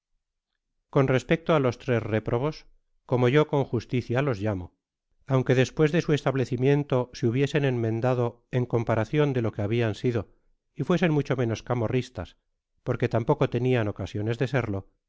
conociancon respecto á los tres réprobos como yo con justicia los llamo aunque despues de su establecimiento se hubiesen enmendado en comparacion de lo que habian sido y fuesen mucho menos camorristas porque tampoco tenian ocasiones de serlo